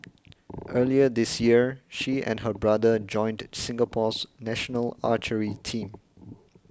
earlier this year she and her brother joined Singapore's national archery team